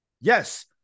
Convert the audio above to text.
yes